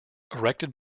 erected